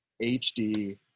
HD